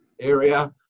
area